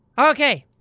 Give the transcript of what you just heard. ok.